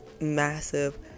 massive